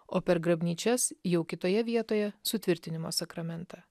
o per grabnyčias jau kitoje vietoje sutvirtinimo sakramentą